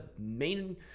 main